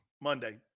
monday